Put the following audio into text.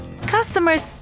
customers